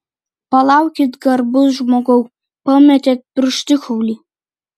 palaukit garbus žmogau pametėt pirštikaulį